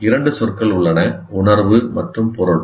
இரண்டு சொற்கள் உள்ளன உணர்வு மற்றும் பொருள்